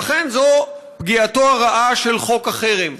אכן, זו פגיעתו הרעה של חוק החרם.